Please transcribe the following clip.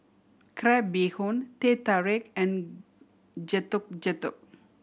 crab bee hoon Teh Tarik and Getuk Getuk